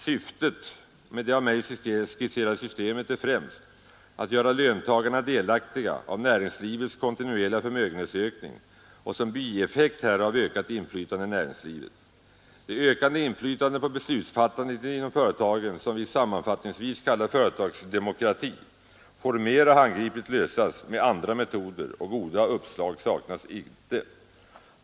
Syftet med det av mig skisserade systemet är främst att göra löntagarna delaktiga av näringslivets kontinuerliga förmögenhetsökning och som bieffekt härav ge dem ökat inflytande i näringslivet. Det ökade inflytande på beslutsfattandet inom företagen, som vi sammanfattningsvis kallar företagsdemokrati, får mer handgripligt lösas med andra metoder, och goda uppslag saknas inte.